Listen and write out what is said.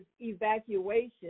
evacuation